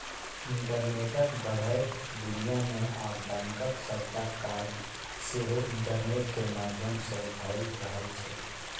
इंटरनेटक बढ़ैत दुनियाँ मे आब बैंकक सबटा काज सेहो इंटरनेट केर माध्यमसँ भए रहल छै